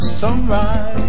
sunrise